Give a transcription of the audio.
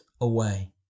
away